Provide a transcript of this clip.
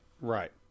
right